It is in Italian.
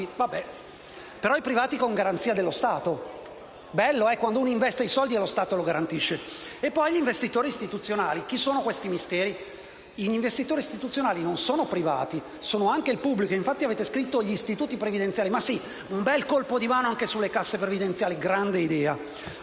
Però i privati con garanzia dello Stato. Bello quando uno investe i soldi e lo Stato garantisce! E poi possono farlo anche gli investitori istituzionali. Chi sono questi misteri? Gli investitori istituzionali non sono privati, sono anche il pubblico. Infatti avete scritto «enti previdenziali». Ma sì, un bel colpo di mano anche sulle casse previdenziali. Grande idea.